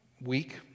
week